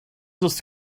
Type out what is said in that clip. just